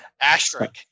Asterisk